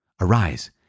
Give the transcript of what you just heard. Arise